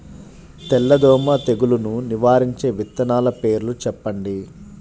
తెల్లదోమ తెగులును నివారించే విత్తనాల పేర్లు చెప్పండి?